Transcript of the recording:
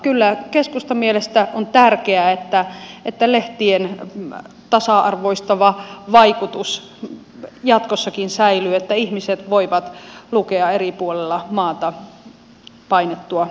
kyllä keskustan mielestä on tärkeää että lehtien tasa arvoistava vaikutus jatkossakin säilyy että ihmiset voivat lukea eri puolilla maata painettua tekstiä